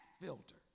filter